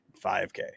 5K